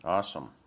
Awesome